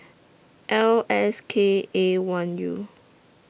L S K A one U